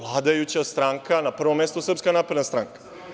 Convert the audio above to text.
Vladajuća stranka, na prvom mestu Srpska napredna stranke.